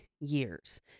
years